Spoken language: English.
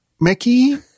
Mickey